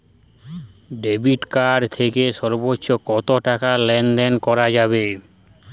Debit card থেকে সর্বোচ্চ কত টাকা লেনদেন করা যাবে?